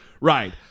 Right